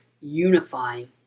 unifying